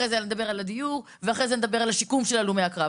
אחרי זה נדבר על הדיור ואחרי זה נדבר על השיקום של הלומי הקרב.